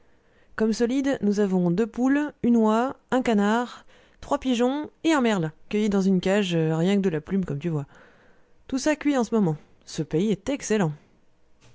comme solide nous avons deux poules une oie un canard trois pigeons et un merle cueilli dans une cage rien que de la plume comme tu vois tout ça cuit en ce moment ce pays est excellent